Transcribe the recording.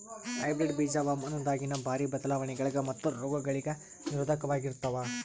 hybrid ಬೀಜ ಹವಾಮಾನದಾಗಿನ ಭಾರಿ ಬದಲಾವಣೆಗಳಿಗ ಮತ್ತು ರೋಗಗಳಿಗ ನಿರೋಧಕವಾಗಿರುತ್ತವ